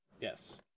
Yes